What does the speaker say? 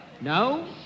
No